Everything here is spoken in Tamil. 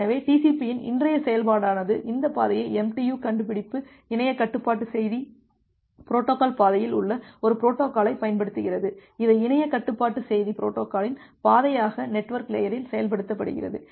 எனவே TCPயின் இன்றைய செயல்பாடானது இந்த பாதையை MTU கண்டுபிடிப்பு இணைய கட்டுப்பாட்டு செய்தி பொரோட்டோகால் பாதையில் உள்ள ஒரு பொரோட்டோகாலைப் பயன்படுத்துகிறது இது இணைய கட்டுப்பாட்டு செய்தி பொரோட்டோகாலின் பாதையாக நெட்வொர்க் லேயரில் செயல்படுத்தப்படுகிறது